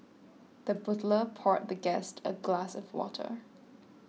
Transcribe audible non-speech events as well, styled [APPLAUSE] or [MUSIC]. [NOISE] the butler poured the guest a glass of water